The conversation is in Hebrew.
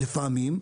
לפעמים,